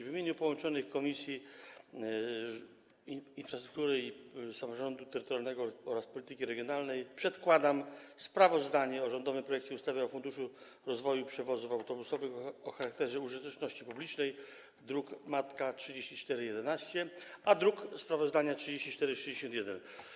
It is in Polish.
W imieniu połączonych Komisji: Infrastruktury oraz Samorządu Terytorialnego i Polityki Regionalnej przedkładam sprawozdanie o rządowym projekcie ustawy o Funduszu rozwoju przewozów autobusowych o charakterze użyteczności publicznej, druk matka nr 3411, druk sprawozdania nr 3461.